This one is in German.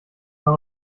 mal